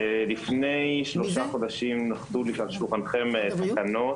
לפני שלושה חודשים נחתו על שולחנכם תקנות